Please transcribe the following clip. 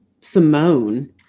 Simone